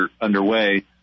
underway